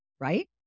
right